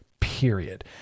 period